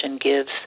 gives